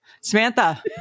Samantha